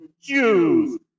Jews